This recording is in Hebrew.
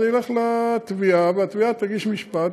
זה ילך לתביעה והתביעה תעמיד למשפט,